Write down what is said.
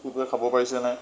শিশুৱে খাব পাৰিছেনে